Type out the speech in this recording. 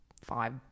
five